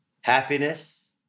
happiness